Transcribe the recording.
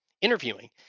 interviewing